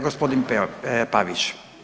Gospodin Pavić.